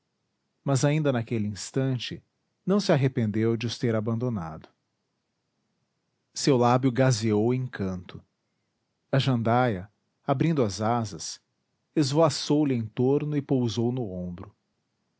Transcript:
mas ainda naquele instante não se arrependeu de os ter abandonado seu lábio gazeou em canto a jandaia abrindo as asas esvoaçou lhe em torno e pousou no ombro